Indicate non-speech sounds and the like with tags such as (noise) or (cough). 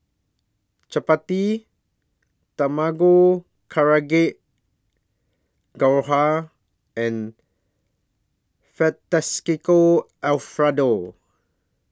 Chapati Tamago (unintelligible) Gohan and Fettuccine Alfredo